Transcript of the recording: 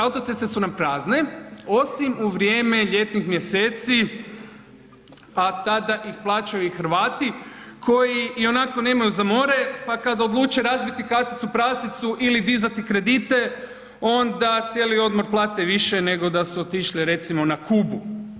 Autoceste su nam prazne osim u vrijeme ljetnih mjeseci a tada ih plaćaju i Hrvati koji ionako nemaju za more pa kad odluče razbiti kasicu prasicu ili dizati kredite, onda cijeli odmor plate više nego da su otišli recimo na Kubu.